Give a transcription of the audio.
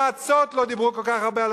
בברית-המועצות לא דיברו כל כך הרבה על